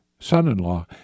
Son-in-law